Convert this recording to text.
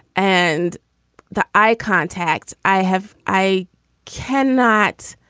and the eye contact i have, i can not.